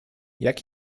jak